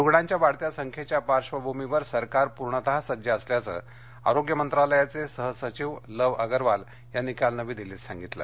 रुग्णांच्या वाढत्या संख्येच्या पार्वभूमीवर सरकार पूर्णतः सज्ज असल्याचं आरोग्य मंत्रालयाचे सह सचिव लव अगरवाल यांनी काल नवी दिल्लीत सांगितलं